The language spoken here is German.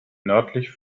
nördlich